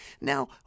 Now